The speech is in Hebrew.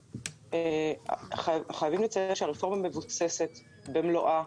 חייבים לציין שהרפורמה מבוססת במלואה,